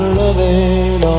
loving